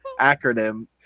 acronym